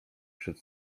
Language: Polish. przed